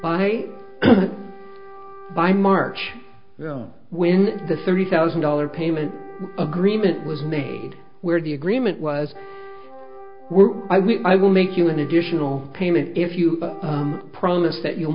by by march you know when the thirty thousand dollars payment agreement was made where the agreement was we're i will make you an additional payment if you promise that you'll